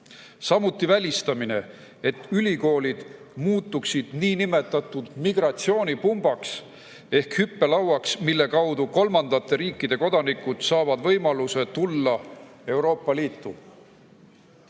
samuti välistamine, et ülikoolid muutuksid niinimetatud migratsioonipumbaks ehk hüppelauaks, mille kaudu kolmandate riikide kodanikud saavad võimaluse tulla Euroopa Liitu.